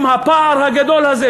עם הפער הגדול הזה,